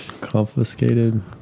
confiscated